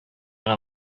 гына